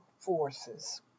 forces